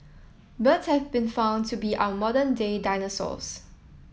birds have been found to be our modern day dinosaurs